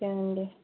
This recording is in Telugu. ఏవండి